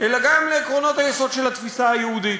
אלא גם לעקרונות היסוד של התפיסה היהודית,